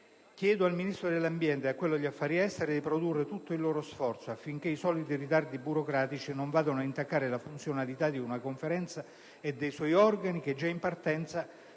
tutela del territorio e del mare e a quello degli affari esteri di produrre tutto il loro sforzo affinché i soliti ritardi burocratici non vadano ad intaccare la funzionalità di una Conferenza e dei suoi organi, che già in partenza